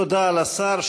תודה לשר.